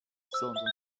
sondern